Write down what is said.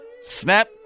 Snap